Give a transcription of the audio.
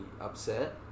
upset